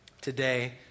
today